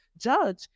judge